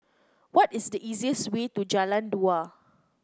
what is the easiest way to Jalan Dua